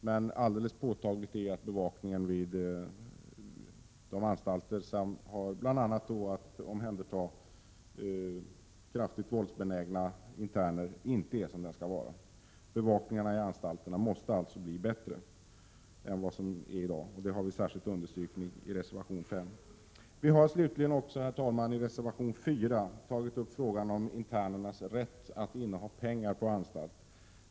Men det är alldeles påtagligt att bevakningen vid de anstalter som bl.a. har att omhänderta mycket våldsbenägna interner inte är vad den borde vara. Bevakningen i anstalterna måste alltså bli bättre än som i dag är fallet. Detta har vi särskilt understrukit i nämnda reservation. Slutligen, herr talman, har vi i reservation 4 tagit upp frågan om internernas rätt att inneha pengar på anstalt.